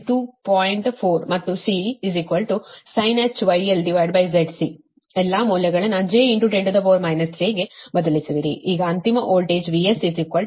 4 ಮತ್ತು C sinh γl ZC ಎಲ್ಲಾ ಮೌಲ್ಯಗಳನ್ನು j 10 3 ಗೆ ಬದಲಿಸುವಿರಿ ಈಗ ಅಂತಿಮ voltage VS AVR B IR ಅನ್ನು ಕಳುಹಿಸುತ್ತೀರಿ